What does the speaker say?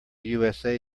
usa